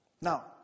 Now